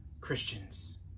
Christians